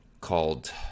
called